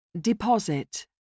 Deposit